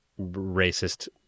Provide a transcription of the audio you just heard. racist